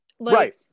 Right